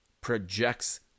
projects